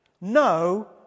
No